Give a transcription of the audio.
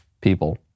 people